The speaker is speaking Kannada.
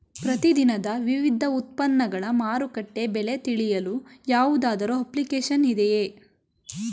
ಪ್ರತಿ ದಿನದ ವಿವಿಧ ಉತ್ಪನ್ನಗಳ ಮಾರುಕಟ್ಟೆ ಬೆಲೆ ತಿಳಿಯಲು ಯಾವುದಾದರು ಅಪ್ಲಿಕೇಶನ್ ಇದೆಯೇ?